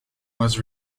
was